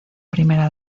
primera